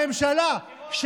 הממשלה,